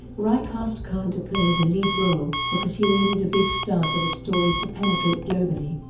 rai cast khan to play the lead role, because he needed a big star for the story to penetrate globally.